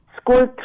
school